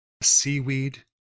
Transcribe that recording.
seaweed